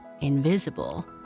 invisible